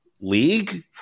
League